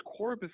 Corbis